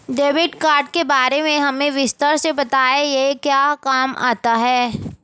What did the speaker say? Debit card के बारे में हमें विस्तार से बताएं यह क्या काम आता है?